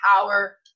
power